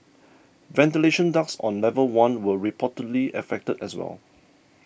ventilation ducts on level one were reportedly affected as well